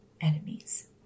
enemies